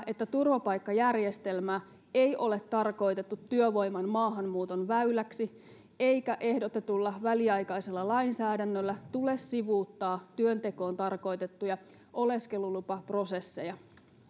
että turvapaikkajärjestelmä ei ole tarkoitettu työvoiman maahanmuuton väyläksi eikä ehdotetulla väliaikaisella lainsäädännöllä tule sivuuttaa työntekoon tarkoitettuja oleskelulupaprosesseja